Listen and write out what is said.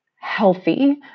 healthy